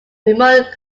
remote